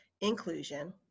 inclusion